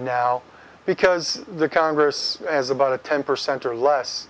now because the congress has about a ten percent or less